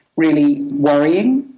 really worrying,